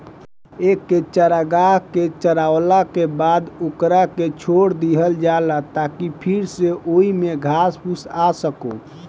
एके चारागाह के चारावला के बाद ओकरा के छोड़ दीहल जाला ताकि फिर से ओइमे घास फूस आ सको